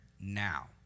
now